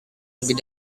lebih